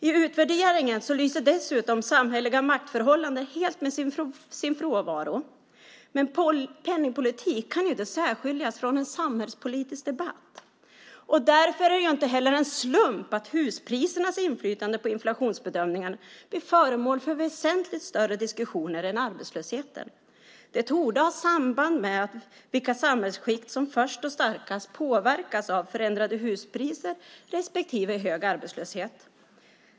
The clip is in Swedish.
I utvärderingen lyser dessutom samhälleliga maktförhållanden helt med sin frånvaro. Men penningpolitik kan inte särskiljas från en samhällspolitisk debatt. Därför är det inte heller en slump att husprisernas inflytande på inflationsbedömningen blir föremål för väsentligt större diskussioner än arbetslösheten. Det torde ha samband med vilka samhällsskikt som först och starkast påverkas av förändrade huspriser respektive hög arbetslöshet.